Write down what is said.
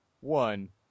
one